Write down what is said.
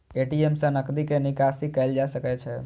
ATM सं नकदी के निकासी कैल जा सकै छै